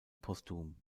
postum